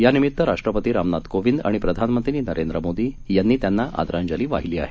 यानिमित्त राष्ट्रपती रामनाथ कोविंद आणि प्रधानमंत्री नरेंद्र मोदी यांनी त्यांना आदरांजली वाहिली आहे